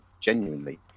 genuinely